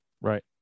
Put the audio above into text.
Right